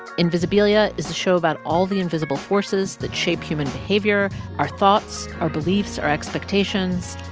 invisibilia is a show about all the invisible forces that shape human behavior our thoughts, our beliefs, our expectations.